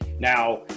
Now